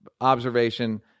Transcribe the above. observation